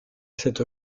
cette